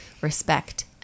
respect